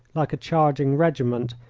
like a charging regiment,